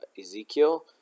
Ezekiel